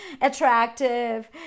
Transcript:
attractive